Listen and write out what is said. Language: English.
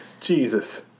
Jesus